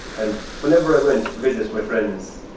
and whenever i went to visit my friends,